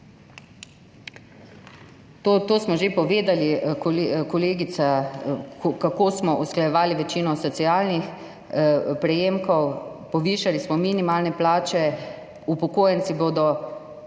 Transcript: kolegica je povedala, kako smo usklajevali večino socialnih prejemkov. Povišali smo minimalne plače, upokojenci bodo